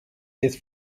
his